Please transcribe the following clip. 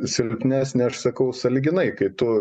silpnesnį aš sakau sąlyginai kai tu